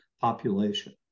population